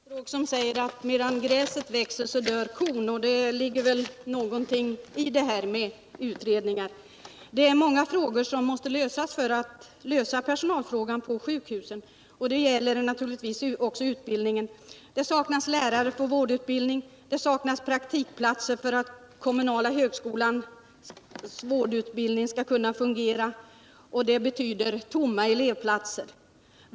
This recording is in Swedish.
Herr talman! Det finns ett ordspråk som säger att medan gräset växer dör kon, och det kan väl ligga någonting i det just när det gäller utredningar. Det är många frågor som måste lösas för att personalfrågan på sjukhusen skall klaras. Det gäller naturligtvis också utbildningen. I dag saknas lärare för vårdutbildning, det saknas praktikplatser för att den kommunala högskolans vårdutbildning skall kunna fungera, och det betyder tomma elevplatser.